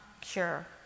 cure